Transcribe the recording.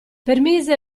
permise